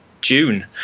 june